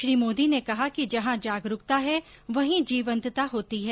श्री मोदी ने कहा कि जहां जागरूकता है वहीं जीवंतता होती है